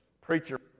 preacher